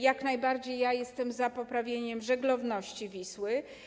Jak najbardziej jestem za poprawieniem żeglowności Wisły.